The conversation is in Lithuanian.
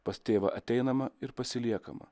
pas tėvą ateinama ir pasiliekama